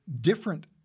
different